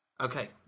Okay